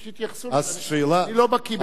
אני לא בקי בכל, אוקיי.